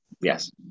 Yes